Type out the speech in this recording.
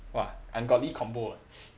!wah! ungodly combo eh